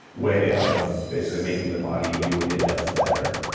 way of basically making the body do what it does better.